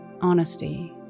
Honesty